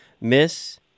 miss